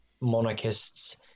monarchists